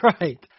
Right